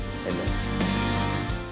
Amen